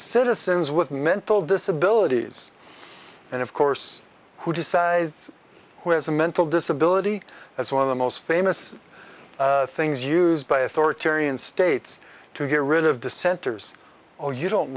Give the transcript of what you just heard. citizens with mental disabilities and of course who decides who has a mental disability as one of the most famous things used by authoritarian states to get rid of dissenters or you don't